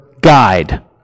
guide